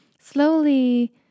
Slowly